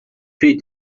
fill